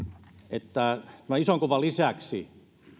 että tämän ison kuvan lisäksi